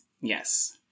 yes